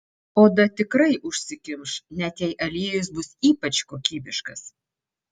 oda tikrai užsikimš net jei aliejus bus ypač kokybiškas